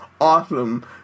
awesome